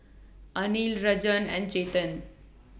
Anil Rajan and Chetan